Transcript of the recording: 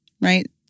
right